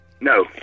No